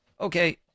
okay